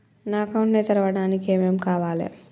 నా అకౌంట్ ని తెరవడానికి ఏం ఏం కావాలే?